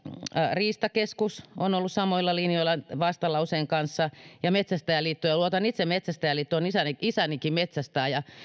riistakeskus ja metsästäjäliitto olivat tosiaan samoilla linjoilla vastalauseen kanssa itse luotan metsästäjäliittoon isänikin isänikin metsästää